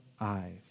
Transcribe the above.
eyes